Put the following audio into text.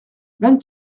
vingt